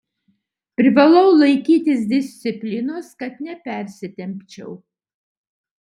privalau laikytis disciplinos kad nepersitempčiau